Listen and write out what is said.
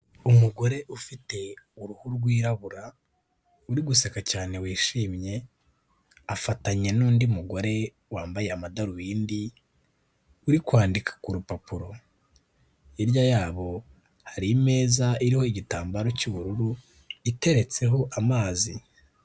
Umugore ufite uruhu rwirabura, uri guseka cyane wishimye, afatanye n'undi mugore wambaye amadarubindi uri kwandika ku rupapuro, hirya yabo hari imeza iriho igitambaro cy'ubururu iteretseho amazi.